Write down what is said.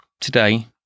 today